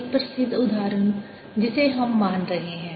एक प्रसिद्ध उदाहरण जिसे हम मान रहे हैं